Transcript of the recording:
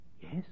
Yes